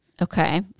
Okay